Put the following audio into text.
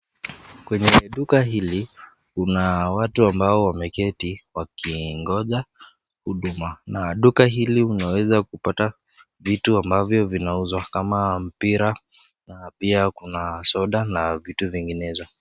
Kwenye duka hili, kuna watu ambao wameketi wakingoja huduma. Na duka hili unaweza kupata vitu ambavyo vinauzwa kama mpira na pia kuna soda na vitu vinginezo.